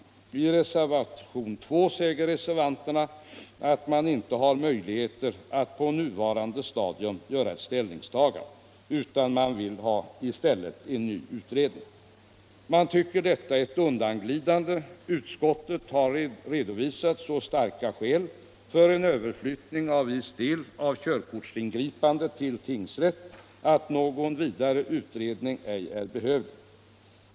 I reservationen 2 säger reservanterna att man inte har möjligheten att på nuvarande stadium göra ett ställningstagande. Man vill i stället ha en ny utredning. Vi tycker att detta är ett undanglidande. Utskottet har redovisat så starka skäl för en överflyttning av viss del av körkortsingripandena till tingsrätt att någon vidare utredning ej är behövlig.